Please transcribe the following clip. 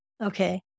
okay